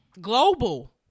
Global